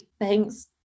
Thanks